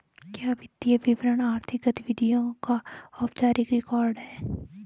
क्या वित्तीय विवरण आर्थिक गतिविधियों का औपचारिक रिकॉर्ड है?